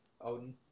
Odin